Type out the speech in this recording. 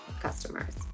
customers